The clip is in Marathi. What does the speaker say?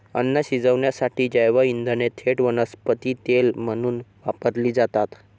अन्न शिजवण्यासाठी जैवइंधने थेट वनस्पती तेल म्हणून वापरली जातात